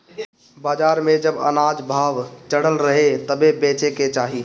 बाजार में जब अनाज भाव चढ़ल रहे तबे बेचे के चाही